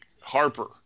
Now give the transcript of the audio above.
Harper